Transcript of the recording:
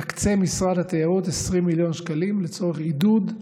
יקצה משרד התיירות 20 מיליון שקלים לצורך עידוד,